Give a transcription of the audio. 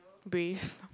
brave